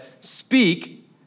speak